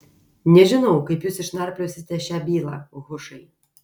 nežinau kaip jūs išnarpliosite šią bylą hušai